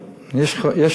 התביעות.